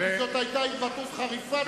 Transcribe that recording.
כי זאת היתה התבטאות חריפה.